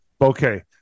Okay